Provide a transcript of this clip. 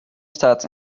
staat